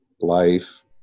life